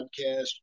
podcast